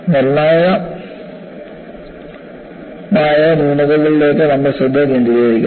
നിർണായകമായ ന്യൂനതയിലേക്ക് നമ്മൾ ശ്രദ്ധ കേന്ദ്രീകരിക്കും